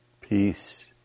peace